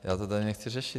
Já to tady nechci řešit.